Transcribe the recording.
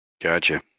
Gotcha